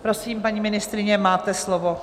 Prosím, paní ministryně, máte slovo.